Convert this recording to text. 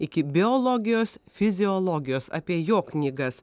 iki biologijos fiziologijos apie jo knygas